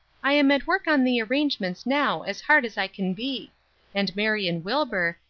i am at work on the arrangements now as hard as i can be and marion wilbur,